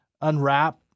unwrap